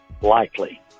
Likely